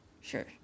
Sure